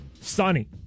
sunny